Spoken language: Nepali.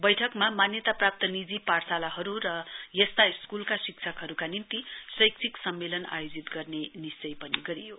बैठकमा मान्यता प्राप्त नीजि पाठशालाहरू र यस्ता स्कूल शिक्षकहरूका निम्ति शैक्षिक सम्मेलन आयोजित गर्ने निश्चय पनि गरिएको छ